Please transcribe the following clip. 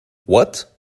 what